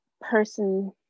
person